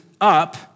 up